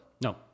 No